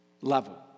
level